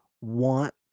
want